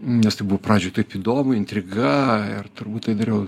nes tai buvo pradžioj taip įdomu intriga ir turbūt tai dariau